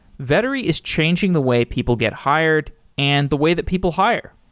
vettery is changing the way people get hired and the way that people hire.